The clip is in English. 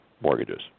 mortgages